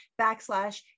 backslash